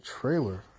trailer